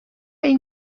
این